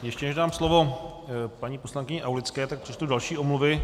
Ještě než dám slovo paní poslankyni Aulické, tak přečtu další omluvy.